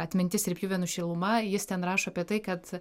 atmintis ir pjuvenų šiluma jis ten rašo apie tai kad